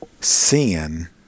sin